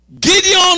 Gideon